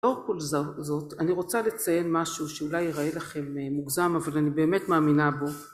עור כל זאת אני רוצה לציין משהו שאולי ייראה לכם מוגזם אבל אני באמת מאמינה בו